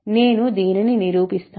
నేను దీనిని నిరూపిస్తాను